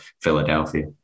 Philadelphia